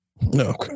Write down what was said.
No